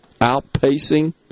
outpacing